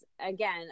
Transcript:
again